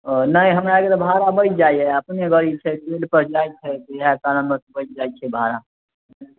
नहि हमरा एहि लऽ कऽ भाड़ा बचि जाइए अपने गाड़ी छै रोडपर जाइ छै इएह कारणवश बचि जाइ छै भाड़ा